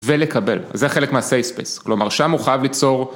‫ולקבל, זה חלק מהסייספייס. ‫כלומר, שם הוא חייב ליצור...